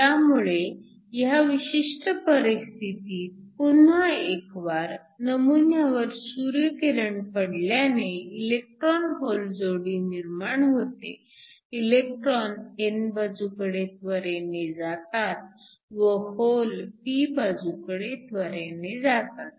त्यामुळे ह्या विशिष्ट परिस्थितीत पुन्हा एकवार नमुन्यावर सूर्यकिरण पडल्याने इलेक्ट्रॉन होल जोडी निर्माण होते इलेक्ट्रॉन n बाजूकडे त्वरेने जातात व होल p बाजूकडे त्वरेने जातात